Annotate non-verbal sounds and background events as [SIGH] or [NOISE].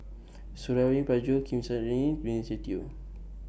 Suradi Parjo Kim San [UNINTELLIGIBLE] Benny Se Teo